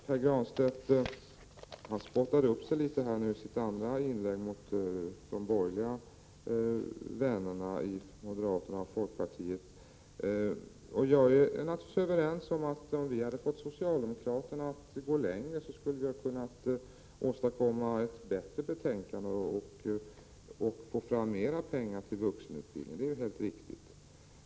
Pär Granstedt spottade i sitt andra inlägg upp sig mot de borgerliga vännerna i moderaterna och folkpartiet. Jag är naturligtvis ense med honom om att om vi hade fått socialdemokraterna att gå längre hade vi kunnat åstadkomma ett bättre betänkande och få fram mer pengar till vuxenutbildningen. Det är helt riktigt.